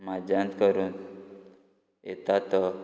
म्हाज्यांत करून येता तो